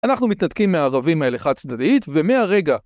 אנחנו מתנתקים מהערבים האלה חד צדדית ומהרגע